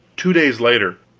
two days later,